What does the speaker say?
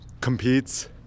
competes